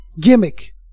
gimmick